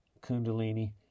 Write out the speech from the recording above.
kundalini